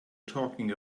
talking